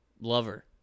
lover